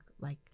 like-